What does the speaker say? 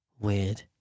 weird